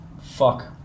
fuck